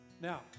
Now